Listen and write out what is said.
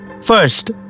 First